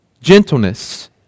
gentleness